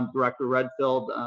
director redfield,